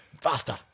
Faster